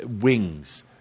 wings –